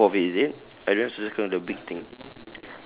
so both of it is it I just circle the big thing